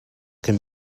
can